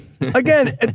Again